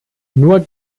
nur